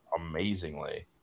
amazingly